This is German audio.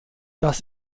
das